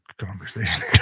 conversation